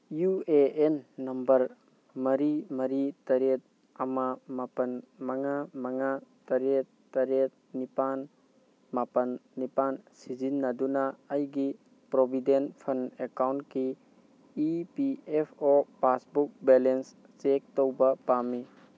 U A N number ꯃꯔꯤ ꯃꯔꯤ ꯇꯔꯦꯠ ꯑꯃ ꯃꯥꯄꯜ ꯃꯉꯥ ꯃꯉꯥ ꯇꯔꯦꯠ ꯇꯔꯦꯠ ꯅꯤꯄꯥꯜ ꯃꯥꯄꯜ ꯅꯤꯄꯥꯜ ꯁꯤꯖꯤꯟꯅꯗꯨꯅ ꯑꯩꯒꯤ ꯄ꯭ꯔꯣꯚꯤꯗꯦꯟ ꯐꯟ ꯑꯦꯀꯥꯎꯟꯒꯤ E P F O passbook balance check ꯇꯧꯕ ꯄꯥꯝꯃꯤ